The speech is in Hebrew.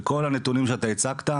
בכל הנתונים שאתה הצגת,